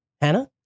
Hannah